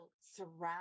surround